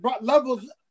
levels